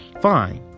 Fine